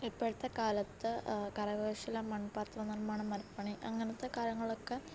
ഇപ്പോഴത്തെ കാലത്ത് കരകൗശല മണ്പാത്രനിര്മ്മാണം മരപ്പണി അങ്ങനത്തെ കാര്യങ്ങളൊക്കെ